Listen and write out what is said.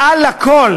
מעל לכול,